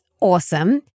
awesome